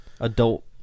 adult